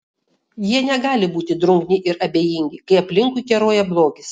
jie negali būti drungni ir abejingi kai aplinkui keroja blogis